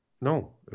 No